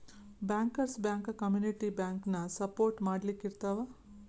bankers bank community ಬ್ಯಾಂಕನ support ಮಾಡ್ಲಿಕ್ಕಿರ್ತಾವ